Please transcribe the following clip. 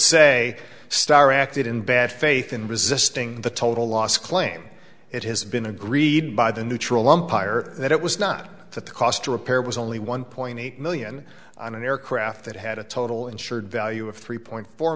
say starr acted in bad faith in resisting the total loss claim it has been agreed by the neutral umpire that it was not that the cost to repair was only one point eight million on an aircraft that had a total insured value of three point four